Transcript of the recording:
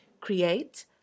create